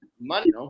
money